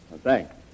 Thanks